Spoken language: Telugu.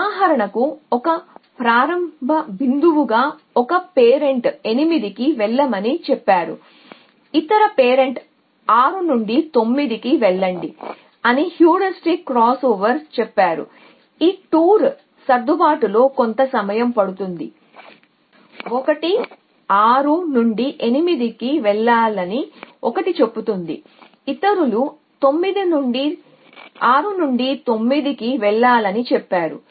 ఉదాహరణకు ఒక ప్రారంభ బిందువుగా 1 పేరెంట్ 8 కి వెళ్ళమని చెప్పారు ఇతర పేరెంట్ 6 నుండి 9 కి వెళ్లండి అని హ్యూరిస్టిక్ క్రాస్ఓవర్ చెప్పారు ఈ టూర్ సర్దుబాటులో కొంత సమయం పడుతుంది కాబట్టి 1 6 నుండి 8 కి వెళ్లాలని 1 చెబుతుంది ఇతరులు 6 నుండి 9 కి వెళ్లాలని చెప్పారు